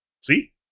See